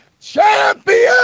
champion